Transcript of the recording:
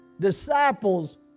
disciples